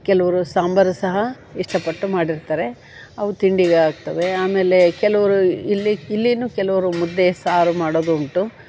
ಕೆಲ್ವರು ಸಾಂಬಾರು ಸಹ ಇಷ್ಟಪಟ್ಟು ಮಾಡಿರ್ತಾರೆ ಅವು ತಿಂಡಿಗೆ ಆಗ್ತವೆ ಆಮೇಲೆ ಕೆಲವ್ರು ಇಲ್ಲಿ ಇಲ್ಲಿಯೂ ಕೆಲವ್ರು ಮುದ್ದೆ ಸಾರು ಮಾಡೋದು ಉಂಟು